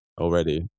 already